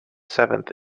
seventh